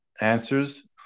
answers